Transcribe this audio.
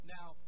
Now